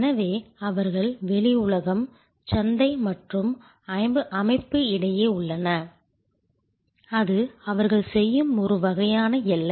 எனவே அவர்கள் வெளி உலகம் சந்தை மற்றும் அமைப்பு இடையே உள்ளன அது அவர்கள் செய்யும் ஒரு வகையான எல்லை